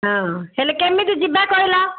ହଁ ହେଲେ କେମିତି ଯିବା କହିଲ